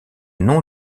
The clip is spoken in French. nom